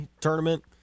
tournament